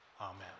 Amen